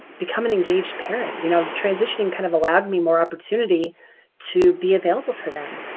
become an engaged parent. you know transitioning kind of allowed me more opportunity to be available for them.